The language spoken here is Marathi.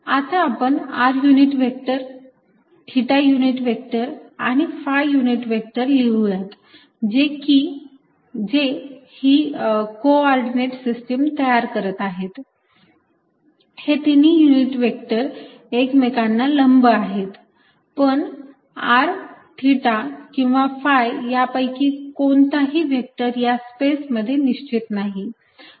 आता आपण r unit vector theta unit vector आणि phi युनिट व्हेक्टर लिहूयात जे ही को ऑर्डिनेट सिस्टीम तयार करत आहेत हे तिन्ही युनिट व्हेक्टर एकमेकांना लंब आहेत पण r थिटा किंवा phi यांपैकी कोणताही व्हेक्टर या स्पेस मध्ये निश्चित नाही